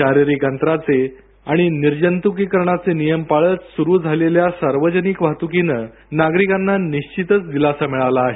शारीरिक अंतराचे आणि निर्जंतुकीकरणाचे नियम पाळत सुरू झालेल्या सार्वजनिक वाहतुकीने नागरिकांना निश्चितच दिलासा मिळाला आहे